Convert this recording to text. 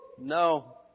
No